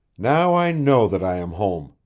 now i know that i am home!